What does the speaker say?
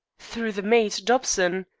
through the maid, dobson.